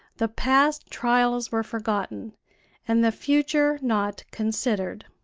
the past trials were forgotten and the future not considered.